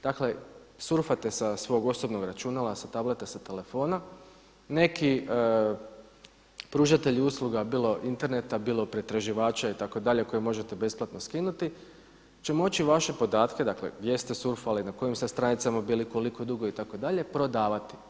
Dakle surfate sa svog osobnog računala, sa tableta, sa telefona, neki pružatelji usluga bilo interneta, bilo pretraživača itd., koje možete besplatno skinuti će moći vaše podatke, dakle gdje ste surfali, na kojim ste stranicama bili, koliko dugo itd., prodavati.